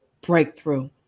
breakthrough